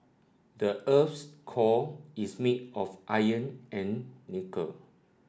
the earth's core is made of iron and nickel